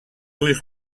ulls